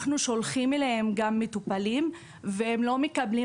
אנחנו שולחים אליהם גם מטופלים והם לא מקבלים